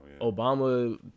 Obama